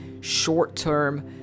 short-term